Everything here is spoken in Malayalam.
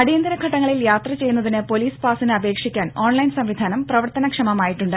അടിയന്തര ഘട്ടങ്ങളിൽ യാത്ര ചെയ്യുന്നതിന് പോലീസ് പാസിന് അപേക്ഷിക്കാൻ ഓൺലൈൻ സംവിധാനം പ്രവർത്തനക്ഷമമായിട്ടുണ്ട്